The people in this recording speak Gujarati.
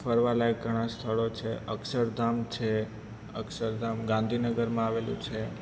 ફરવા લાયક ઘણા સ્થળો છે અક્ષર ધામ છે અક્ષર ધામ ગાંધીનગરમાં આવેલું છે